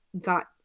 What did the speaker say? got